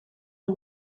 een